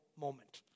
moment